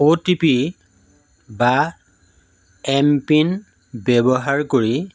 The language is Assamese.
অ' টি পি বা এমপিন ব্যৱহাৰ কৰি